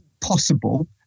possible